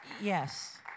Yes